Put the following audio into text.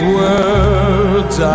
words